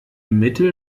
mittel